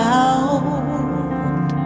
out